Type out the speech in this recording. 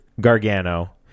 Gargano